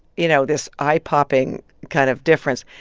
you know, this eye-popping kind of difference.